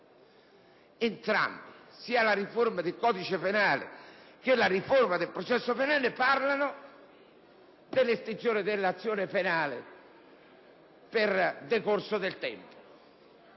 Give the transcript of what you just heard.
entrambe, sia nella riforma del codice penale che in quella del processo penale, all'estinzione dell'azione penale per decorso del tempo.